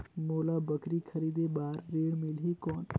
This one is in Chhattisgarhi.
मोला बकरी खरीदे बार ऋण मिलही कौन?